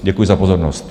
Děkuji za pozornost.